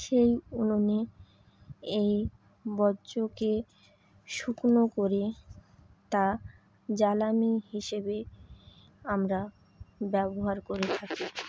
সেই উনুনে এই বর্জ্যকে শুকনো করে তা জ্বালানি হিসেবে আমরা ব্যবহার করে থাকি